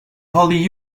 holy